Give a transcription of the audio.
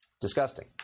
Disgusting